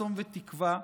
צום ותקווה,